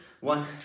one